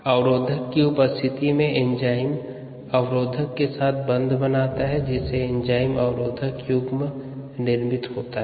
अवरोधक की उपस्थिति में एंजाइम अवरोधक के साथ बंध बनाता है जिससे एंजाइम अवरोधक युग्म निर्मित होता है